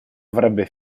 avrebbe